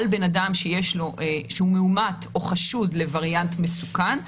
על אדם שהוא מאומת או חשוד לווריאנט מסוכן,